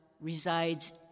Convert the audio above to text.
resides